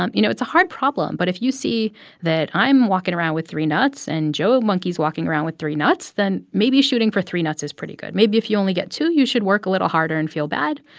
um you know, it's a hard problem. but if you see that i'm walking around with three nuts, and joe the monkey's walking around with three nuts, then maybe shooting for three nuts is pretty good. maybe if you only get two, you should work a little harder and feel bad.